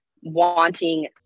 wanting